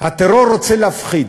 הטרור רוצה להפחיד.